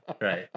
right